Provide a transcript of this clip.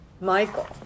Michael